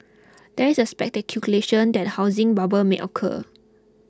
there is a speculation that a housing bubble may occur